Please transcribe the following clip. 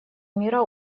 мира